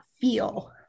feel